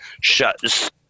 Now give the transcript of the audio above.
shut